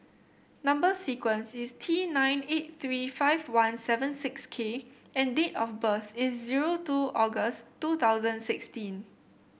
number sequence is T nine eight three five one seven six K and date of birth is zero two August two thousand sixteen